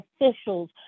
officials